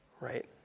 right